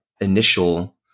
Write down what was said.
initial